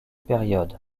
période